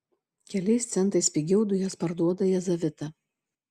keliais centais pigiau dujas parduoda jazavita